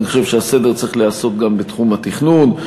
אני חושב שהסדר צריך להיעשות גם בתחום התכנון,